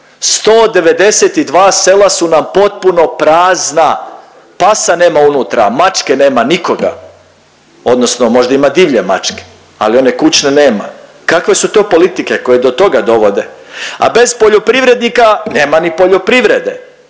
192 sela su nam potpuno prazna, pasa nema unutra, mačke nema, nikoga odnosno možda ima divlje mačke ali one kućne nema. Kakve su to politike koje do toga dovode, a bez poljoprivrednika nema ni poljoprivrede,